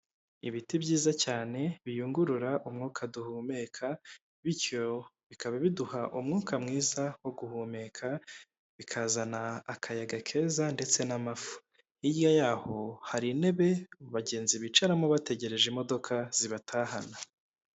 Ibiti byiza cyane biyungurura umwuka duhumeka, bityo bikaba biduha umwuka mwiza wo guhumeka, bikazana akayaga keza ndetse n'amafu, hirya yaho hari intebe bagenzi bicaramo bategereje imodoka zibatahana.